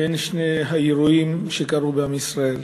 בין שני האירועים שקרו בעם ישראל,